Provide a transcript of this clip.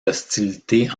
hostilités